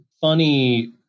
funny